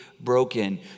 broken